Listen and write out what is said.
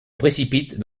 précipite